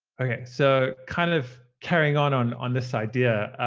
ok. so kind of carrying on on on this idea,